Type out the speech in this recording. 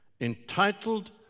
entitled